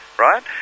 right